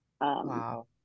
Wow